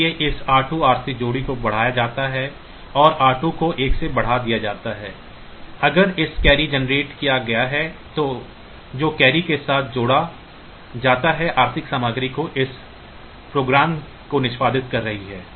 इसलिए इस r2 r3 जोड़ी को बढ़ाया जाता है और r2 को 1 से बढ़ा दिया जाता है अगर एक कैरी जेनरेट किया गया है जो कैरी के साथ जोड़ा जाता है r3 की सामग्री जो इस प्रोग्राम को निष्पादित कर रही है